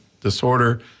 disorder